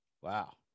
Wow